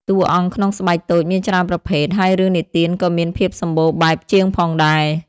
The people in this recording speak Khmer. តួអង្គក្នុងស្បែកតូចមានច្រើនប្រភេទ ហើយរឿងនិទានក៏មានភាពសម្បូរបែបជាងផងដែរ។